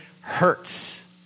hurts